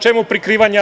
Čemu prikrivanja?